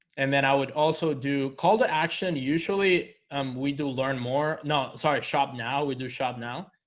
and then i would also do call-to-action. usually um we do learn more. no, sorry shop now we do shop now